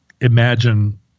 imagine